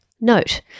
Note